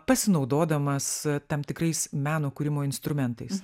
pasinaudodamas tam tikrais meno kūrimo instrumentais